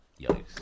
Yikes